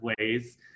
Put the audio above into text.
ways